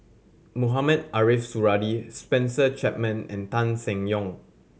Mohamed Ariff Suradi Spencer Chapman and Tan Seng Yong